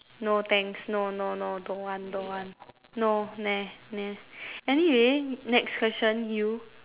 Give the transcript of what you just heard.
no thanks no no no don't want don't want no nah nah anyway next question you